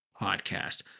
podcast